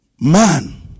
man